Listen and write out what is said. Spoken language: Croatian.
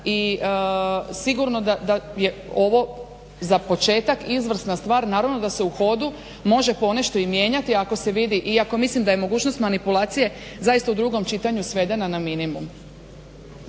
i sigurno da je ovo za početak izvrsna stvar. Naravno da se u hodu može ponešto mijenjati ako se vidi, iako mislim da je mogućnost manipulacije zaista u drugom čitanju svedena na minimum.